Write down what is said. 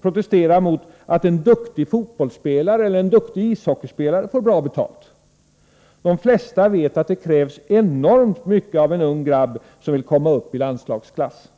protesterajmot att:en duktig fotbollsspelare eller ishockeyspelare får bra betalt; De flesta vet att det krävs enormt mycket av:en ung grabb som wvill/komma upp i landslagsklass.